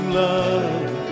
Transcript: love